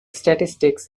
statistics